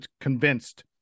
convinced